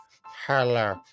hello